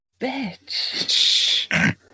Bitch